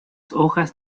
hojas